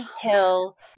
Hill